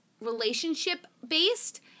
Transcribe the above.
relationship-based